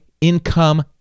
income